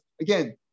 again